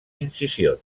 incisions